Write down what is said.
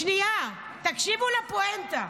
שנייה, תקשיבו לפואנטה.